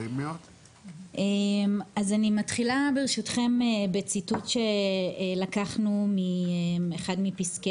אני מתחילה ברשותכם בציטוט שלקחנו מאחד מפסקי